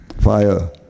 fire